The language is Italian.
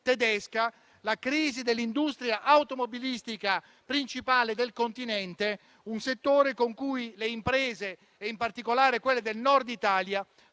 tedesca e la crisi dell'industria automobilistica principale del continente, settore con cui le imprese, in particolare quelle del Nord Italia,